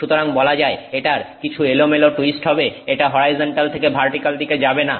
সুতরাং বলা যায় এটার কিছু এলোমেলো টুইস্ট হবে এটা হরাইজন্টাল থেকে ভার্টিক্যাল দিকে যাবে না